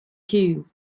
two